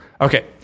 Okay